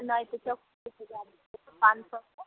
नहि तऽ चौक परके गाड़ी पाँच सए